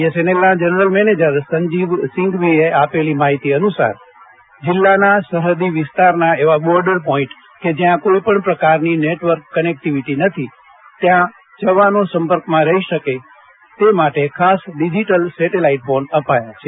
બીએસએનએલના general manager Sanjeev સિંઘવીએ આપેલી માહિતી અનુસાર જિલ્લાના સરહદી વિસ્તારના એવા બોર્ડર પોઇન્ટ કે જયાં કોઇપણ પ્રકારની નેટવર્ક કનેટીવીટી નથી ત્યાં જવાનો સંપર્કમાં રહી શકે તે માટે ખાસ ડિજિટલ સેટેલાઇટ ફોન અપાયા છે